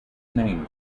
named